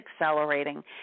accelerating